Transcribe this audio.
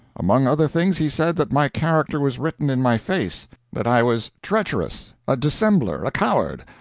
among other things he said that my character was written in my face that i was treacherous, a dissembler, a coward,